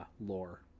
lore